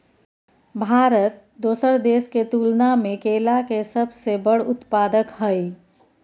भारत दोसर देश के तुलना में केला के सबसे बड़ उत्पादक हय